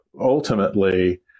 ultimately